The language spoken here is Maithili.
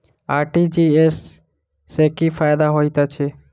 आर.टी.जी.एस सँ की फायदा होइत अछि?